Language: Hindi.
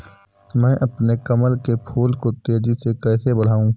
मैं अपने कमल के फूल को तेजी से कैसे बढाऊं?